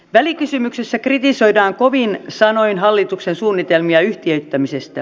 välikysymyksessä kritisoidaan kovin sanoin hallituksen suunnitelmia yhtiöittämisestä